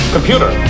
Computer